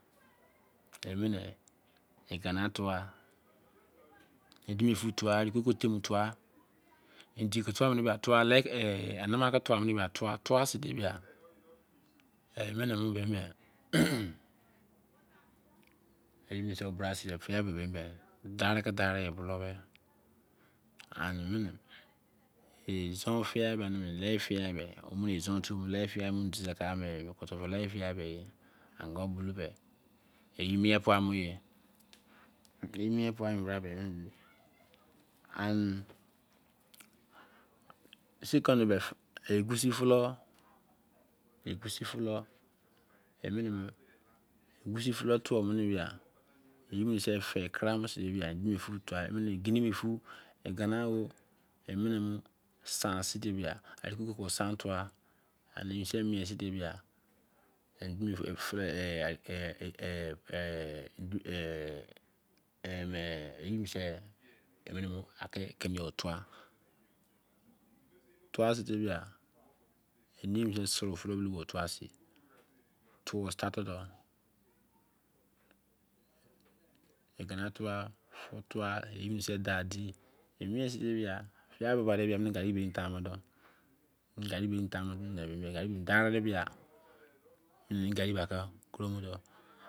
Mene igoñ tua, i demo fn tua. grikoko, femi tua, endi ke tua mine ba, nana ke tua mine tua se ne bra eme- ne mu, ye-bo se bra-sin, dari ke dari bolou, be an. izon fia, fei fiav. be. izontu lia fiah be. e. diseha. me ango bolon, be ye mien pamor ye. ye mien pamor brade an, egu. su, fu. lo. egusu- fhlo me. ne. mu egusu fulo tu wo. mene ba. ye bo se fei kerenm. idemn fu, i gene. o emene mu san si, arikoko san tuwa. yebo se. mien se ne di. bia, egusu fia ke ye fun. twa sevba. yebo se suro igene twa. furo twa yebo dah di fia buba de ke geri bini taimo